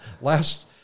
last